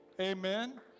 Amen